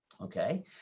okay